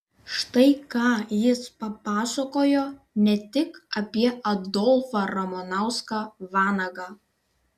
štai ką jis papasakojo ne tik apie adolfą ramanauską vanagą